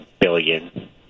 billion